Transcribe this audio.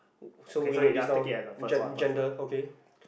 so we note this down gen~ gender okay